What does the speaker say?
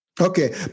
Okay